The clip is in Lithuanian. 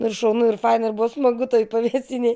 ir šaunu ir fainai ir buvo smagu toj pavėsinėj